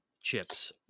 chips